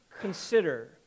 consider